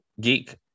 geek